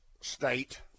State